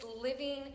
living